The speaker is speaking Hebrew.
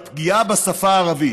על הפגיעה בשפה הערבית,